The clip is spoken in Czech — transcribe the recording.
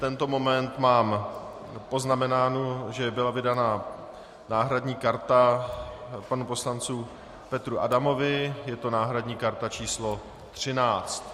V tento moment mám poznamenáno, že byla vydána náhradní karta panu poslanci Petru Adamovi, je to náhradní karta číslo 13.